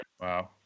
wow